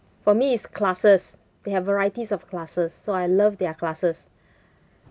for me it's classes they have varieties of classes so I love their classes